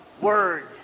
Word